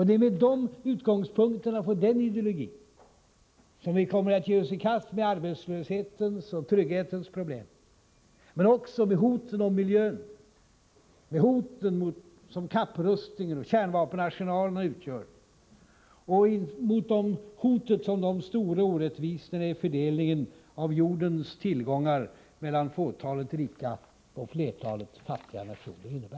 Det är med dessa utgångspunkter och på denna ideologi som vi kommer att ge oss i kast med arbetslöshetens och trygghetens problem men också med de hot mot miljön som kapprustningarna och kärnvapenarsenalerna utgör och med de hot som de stora orättvisorna i fördelningen av jordens tillgångar mellan fåtalet rika och flertalet fattiga nationer innebär.